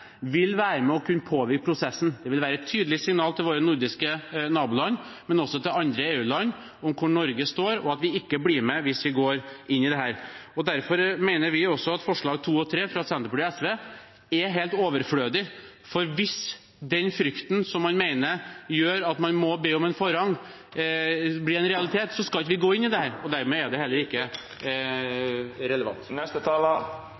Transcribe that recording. vil være med og kunne påvirke prosessen. Det vil være et tydelig signal til våre nordiske naboland, men også til andre EU-land, om hvor Norge står, og at vi ikke blir med hvis vi går inn i dette. Derfor mener vi også at forslagene nr. 2 og 3, fra Senterpartiet og SV, er helt overflødige. For hvis den frykten som man mener gjør at man må be om en forrang, blir en realitet, skal vi ikke gå inn i dette. Dermed er det heller ikke